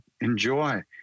enjoy